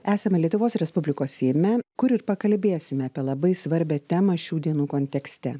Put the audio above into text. esame lietuvos respublikos seime kur ir pakalbėsime apie labai svarbią temą šių dienų kontekste